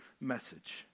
message